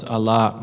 Allah